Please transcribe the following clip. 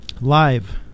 Live